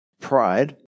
Pride